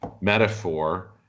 metaphor